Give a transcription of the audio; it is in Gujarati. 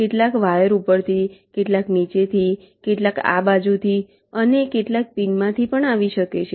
કેટલાક વાયર ઉપરથી કેટલાક નીચેથી કેટલાક આ બાજુથી અને કેટલાક પિનમાંથી પણ આવી શકે છે